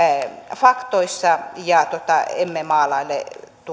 faktoissa ja emme maalaile